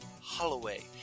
Holloway